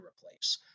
replace